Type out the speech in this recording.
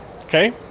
Okay